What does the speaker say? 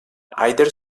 either